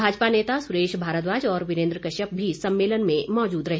भाजपा नेता सुरेश भारद्वाज और वीरेन्द्र कश्यप भी सम्मेलन में मौजूद रहे